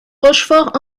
rochefort